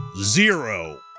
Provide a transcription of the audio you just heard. zero